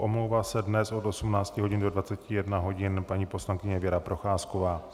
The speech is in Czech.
Omlouvá se dnes od 18 hodin do 21 hodin paní poslankyně Věra Procházková.